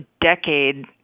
decade